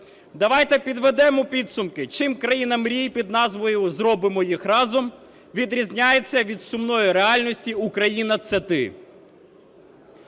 Давайте підведемо підсумки, чим країна мрій під назвою "Зробимо їх разом" відрізняється від сумної реальності "Україна – це ти".